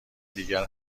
دیگر